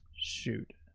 shoot.